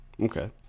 Okay